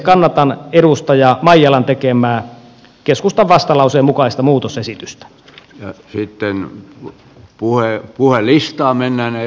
kannatan edustaja maijalan tekemää keskustan vastalauseen mukaista muutosesitystä hytönen puhe vuoristoon minne ne